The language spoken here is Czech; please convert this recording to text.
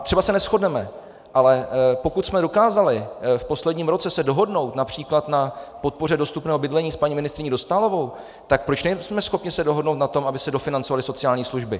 Třeba se neshodneme, ale pokud jsme dokázali v posledním roce se dohodnout např. na podpoře dostupného bydlení s paní ministryní Dostálovou, tak proč nejsme schopni se dohodnout na tom, aby se dofinancovaly sociální služby?